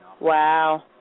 Wow